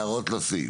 הערות לסעיף.